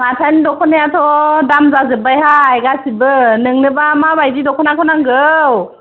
माथानि दख'नायाथ' दाम जाजोबबायहाय गासिबो नोंनोबा माबायदि दख'नाखौ नांगौ